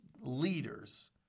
leaders